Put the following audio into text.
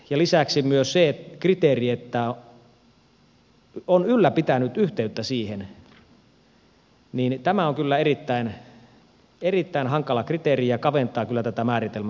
lisäksi myös se kriteeri että on ylläpitänyt yhteyttä saamelaiskulttuuriin on kyllä erittäin hankala kriteeri ja kaventaa kyllä tätä määritelmää